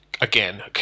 again